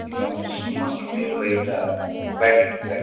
ए हजुर सुन्नुहोस् न मेरो एउटा ब्याकेन्डको गाडी थियो कि